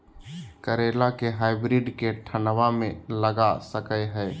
करेला के हाइब्रिड के ठंडवा मे लगा सकय हैय?